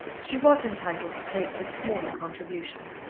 she was entitled to take this smaller contribution.